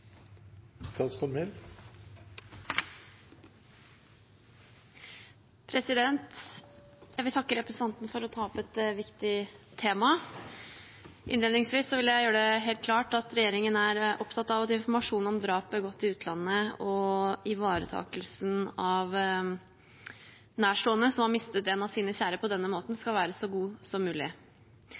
Jeg vil takke representanten for å ta opp et viktig tema. Innledningsvis vil jeg gjøre det helt klart at regjeringen er opptatt av at informasjon om drap begått i utlandet og ivaretakelse av nærstående som har mistet en av sine kjære på denne måten, skal være så god som mulig.